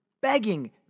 begging